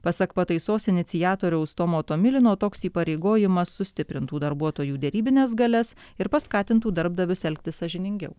pasak pataisos iniciatoriaus tomo tomilino toks įpareigojimas sustiprintų darbuotojų derybines galias ir paskatintų darbdavius elgtis sąžiningiau